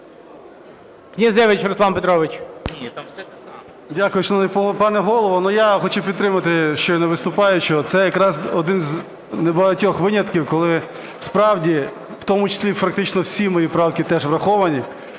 пане Голово. Я хочу підтримати щойно виступаючого. Це якраз один із небагатьох винятків, коли, справді, в тому числі фактично всі мої правки теж враховані.